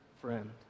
friend